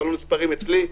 אבל לא נספרים אצלי.